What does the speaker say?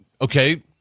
Okay